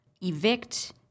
evict